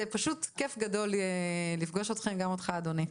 זה פשוט כיף גדול לפגוש אתכם וגם אותך אדוני,